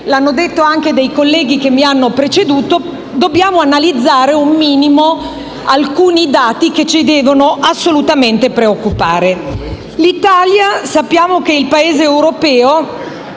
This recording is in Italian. hanno detto anche dei colleghi che mi hanno preceduto, dobbiamo analizzare brevemente alcuni dati che ci devono assolutamente preoccupare. Sappiamo che l'Italia è il Paese europeo